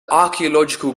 archaeological